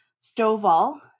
Stovall